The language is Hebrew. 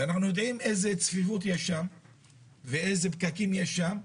אנחנו יודעים איזו צפיפות יש שם ואיזה פקקים יש שם.